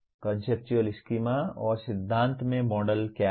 conceptual schema और सिद्धांत में मॉडल क्या हैं